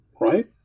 right